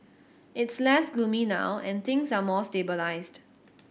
it's less gloomy now and things are more stabilised